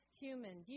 human